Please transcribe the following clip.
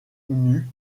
n’eût